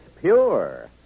pure